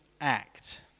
act